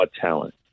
talent